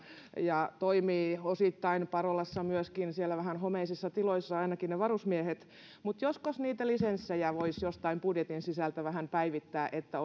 ja toimii osittain parolassa myöskin siellä vähän homeisissa tiloissa ainakin ne varusmiehet voisiko niitä lisenssejä jostain budjetin sisältä vähän päivittää että